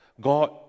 God